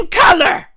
color